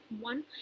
one